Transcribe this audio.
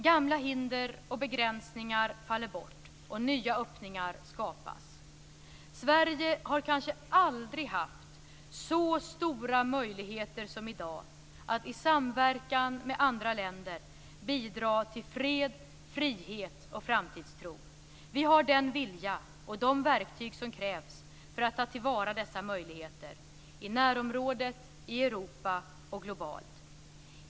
Gamla hinder och begränsningar faller bort och nya öppningar skapas. Sverige har kanske aldrig haft så stora möjligheter som i dag att i samverkan med andra länder bidra till fred, frihet och framtidstro. Vi har den vilja och de verktyg som krävs för att ta till vara dessa möjligheter - i närområdet, i Europa och globalt.